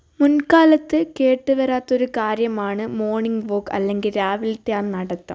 മുൻകാലത്ത് കേട്ടുവരാത്തൊരു കാര്യമാണ് morning walk അല്ലെങ്കിൽ രാവിലത്തെ ആ നടത്തം